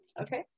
okay